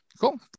cool